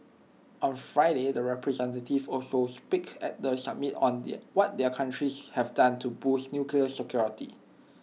on Friday the representatives will also speak at the summit on their what their countries have done to boost nuclear security